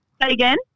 again